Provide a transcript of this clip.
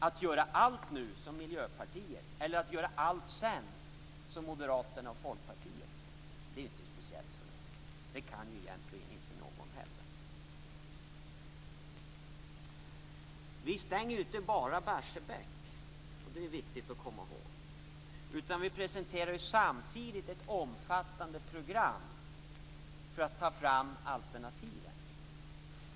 Att göra allt nu, som Miljöpartiet, eller att göra allt sedan, som Moderaterna och Folkpartiet, är inte speciellt förnuftigt. Det kan egentligen inte någon hävda. Det är viktigt att komma ihåg att vi inte bara stänger Barsebäck, utan att vi samtidigt presenterar ett omfattande program för att ta fram alternativen.